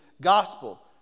gospel